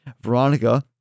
Veronica